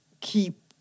keep